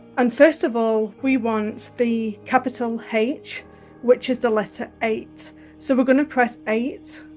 and first of all, we want the capital h which is the letter eight so, we're going to press eight